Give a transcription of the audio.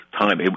time